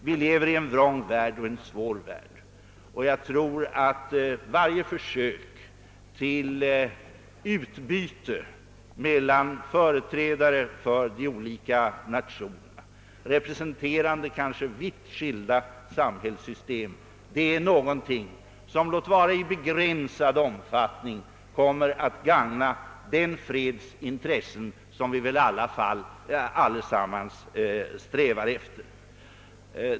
Vi lever i en vrång och svår värld. Jag tror att varje försök till utbyte mellan företrädare för olika nationer, representerande vitt skilda samhällssystem, är någonting som, låt vara i begränsad omfattning, kommer att gagna den freds intressen som vi väl i alla fall allesammans strävar efter.